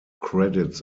credits